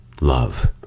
love